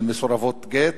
של מסורבות גט.